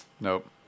Nope